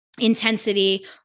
intensity